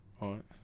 Right